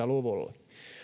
luvulla